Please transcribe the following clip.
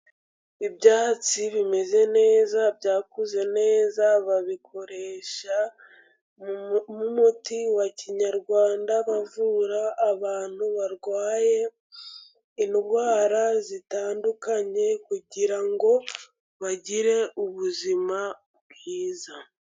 Ibyatsi bimeze neza byakuze neza, babikoresha nk'umuti wa kinyarwanda bavura abantu barwaye indwara zitandukanye, kugira ngo bagire ubuzima bwiza.